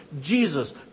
Jesus